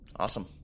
Awesome